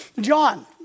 John